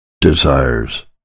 desires